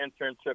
internship